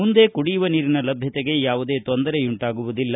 ಮುಂದೆ ಕುಡಿಯುವ ನೀರಿನ ಲಭ್ಞತೆಗೆ ಯಾವುದೇ ತೊಂದರೆಯುಂಟಾಗುವುದಿಲ್ಲ